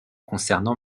concernant